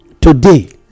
today